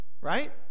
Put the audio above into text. right